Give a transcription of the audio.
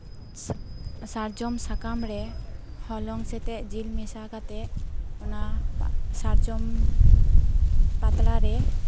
ᱥᱟᱨᱡᱚᱢ ᱥᱟᱠᱟᱢ ᱨᱮ ᱦᱚᱞᱚᱝ ᱥᱟᱣᱛᱮ ᱡᱤᱞ ᱢᱮᱥᱟ ᱠᱟᱛᱮᱫ ᱚᱱᱟ ᱥᱟᱡᱚᱢ ᱯᱟᱛᱲᱟᱨᱮ